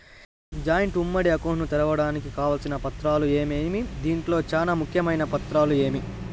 Joint ఉమ్మడి account ను తెరవడానికి కావాల్సిన పత్రాలు ఏమేమి? దీంట్లో చానా ముఖ్యమైన జాగ్రత్తలు ఏమి?